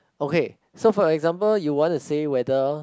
okay so for example you want to say whether